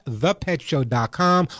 thepetshow.com